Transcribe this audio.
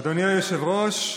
אדוני היושב-ראש,